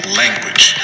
language